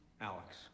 Alex